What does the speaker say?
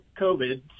COVID